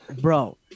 Bro